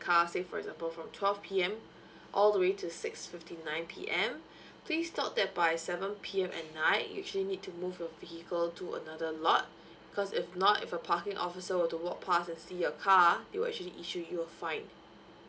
car say for example from twelve P_M all the way to six fifty nine P_M please note that by seven P_M at night you'll actually need to move you vehicle to another lot because if not if a parking officer were to walk past and see your car they will actually issue you a fine